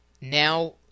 now